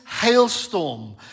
hailstorm